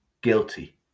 guilty